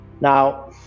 now